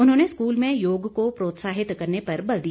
उन्होंने स्कूल में योग को प्रोत्साहित करने पर बल दिया